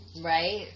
Right